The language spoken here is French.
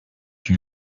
une